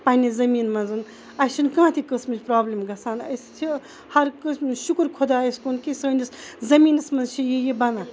پَننہِ زٔمیٖن مَنٛز اَسہِ چھُنہٕ کانٛہہ تہٕ قسمچ پرابلم گَژھان أسۍ چھِ ہر کٲنٛسہِ شُکُر خۄدایَس کُن کہِ سٲنِس زمیٖنَس مَنٛز چھ یہِ یہِ بَنان